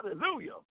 Hallelujah